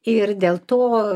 ir dėl to